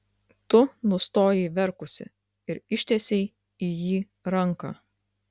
tu nustojai verkusi ir ištiesei į jį ranką